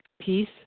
peace